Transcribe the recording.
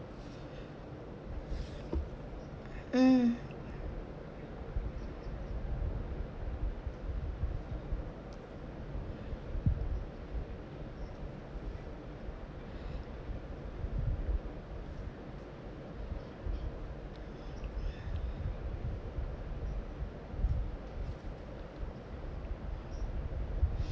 mm